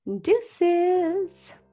Deuces